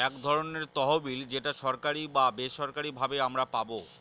এক ধরনের তহবিল যেটা সরকারি বা বেসরকারি ভাবে আমারা পাবো